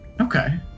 Okay